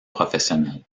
professionnels